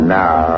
now